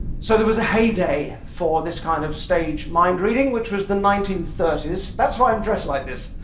so there was a heyday for this kind of stage mind-reading, which was the nineteen thirty s. that's why i'm dressed like this,